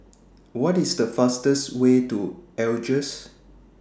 What IS The fastest Way to Algiers